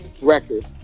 record